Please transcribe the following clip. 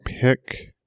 pick